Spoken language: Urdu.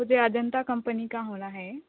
مجھے اجنتا کمپنی کا ہونا ہے